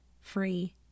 free